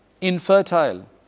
Infertile